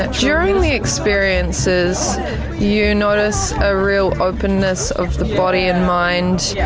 ah during the experiences you notice a real openness of the body and mind, yeah